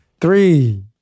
three